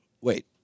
Wait